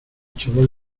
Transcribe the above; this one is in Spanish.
chaval